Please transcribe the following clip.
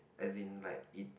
as in like it